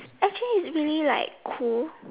actually it's really like cool